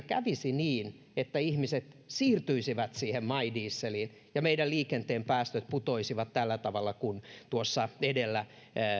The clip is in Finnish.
kävisi niin että ihmiset siirtyisivät siihen my dieseliin ja liikenteen päästöt putoaisivat sillä tavalla kuin tuossa edellä